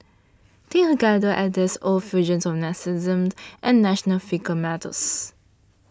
take a gander at these odd fusions of narcissism and national fiscal matters